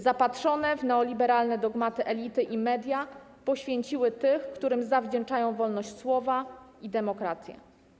Zapatrzone w neoliberalne dogmaty elity i media poświęciły tych, którym zawdzięczają wolność słowa i demokrację.